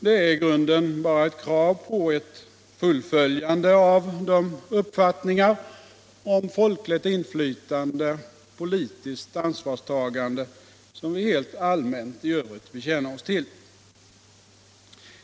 Det är i grunden bara ett krav på ett fullföljande av de uppfattningar om folkligt inflytande och politiskt ansvarstagande som vi helt allmänt i övrigt bekänner oss till.